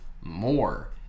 more